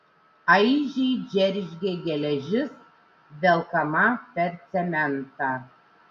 aižiai džeržgė geležis velkama per cementą